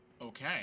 Okay